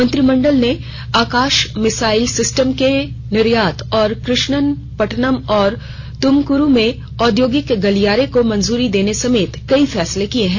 मंत्रिमंडल ने Akash missile system के निर्यात और कृष्णापटनम और तुमकुरु में औद्योगिक गलियारे को मंजूरी देने समेत कई फैसले लिए हैं